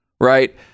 right